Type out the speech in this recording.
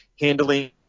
handling